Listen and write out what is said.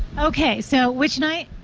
okay. so which night?